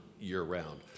year-round